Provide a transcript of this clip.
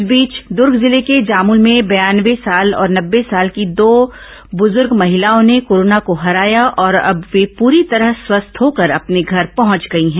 इस बीच दुर्ग जिले के जामुल में बयानवे साल और नब्बे साल की दो बुजुर्ग महिलाओं ने कोरोना को हराया और अब वे पूरी तरह स्वस्थ होकर अपने घर पहंच गई है